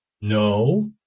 No